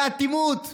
זו אטימות.